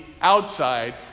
outside